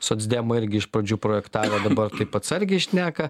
socdemai irgi iš pradžių projektavimo dabar taip atsargiai šneka